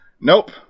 Nope